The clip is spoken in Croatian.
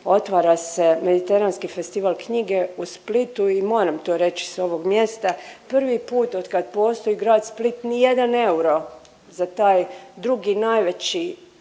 otvara se Mediteranski festival knjige u Splitu i moram to reći s ovog mjesta, prvi put od kad postoji grad Split ni jedan euro za taj drugi najveći